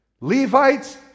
Levites